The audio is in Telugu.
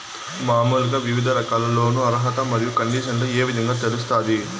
మామూలుగా వివిధ రకాల లోను అర్హత మరియు కండిషన్లు ఏ విధంగా తెలుస్తాది?